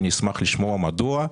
אשמח לשמוע מדוע.